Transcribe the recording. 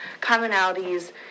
commonalities